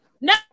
no